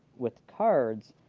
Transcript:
with cards,